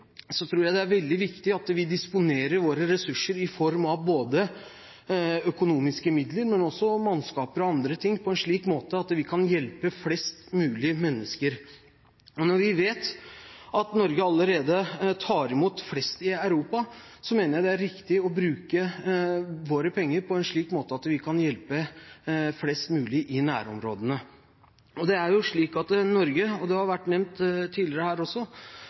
tror jeg det er veldig viktig at vi disponerer våre ressurser i form av økonomiske midler og også mannskap og andre ting på en slik måte at vi kan hjelpe flest mulig mennesker. Når vi vet at Norge allerede tar imot flest flyktninger i Europa, mener jeg det er riktig å bruke våre penger på en slik måte at vi kan hjelpe flest mulig i nærområdene. Det er slik at Norge – og det har også vært nevnt her tidligere